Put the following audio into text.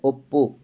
ಒಪ್ಪು